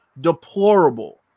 deplorable